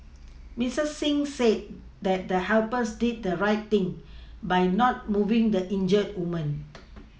Miss Singh said that the helpers did the right thing by not moving the injured woman